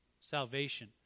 salvation